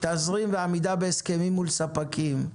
תזרים ועמידה בהסכמים מול ספקים.